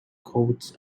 coats